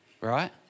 right